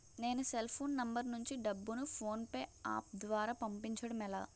నేను cell phone number నుంచి డబ్బును ను ఫోన్పే అప్ ద్వారా పంపించడం ఎలా?